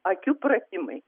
akių pratimai